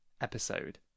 episode